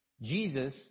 Jesus